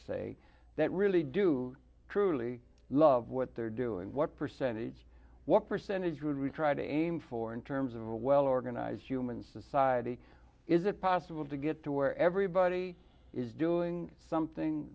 say that really do truly love what they're doing what percentage what percentage would we try to aim for in terms of a well organized human society is it possible to get to where everybody is doing something